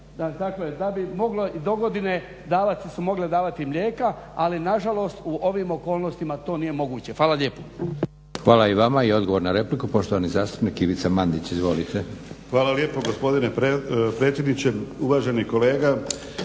takve, da bi mogle i dogodine davati, su mogle davati mlijeka, ali nažalost u ovim okolnostima to nije moguće. Hvala lijepa. **Leko, Josip (SDP)** Hvala i vama. I odgovor na repliku, poštovani zastupnik Ivica Mandić. Izvolite. **Mandić, Ivica (HNS)** Hvala lijepo gospodine predsjedniče. Uvaženi kolega